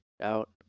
out